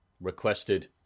requested